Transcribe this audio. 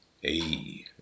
Hey